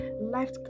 life